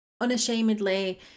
unashamedly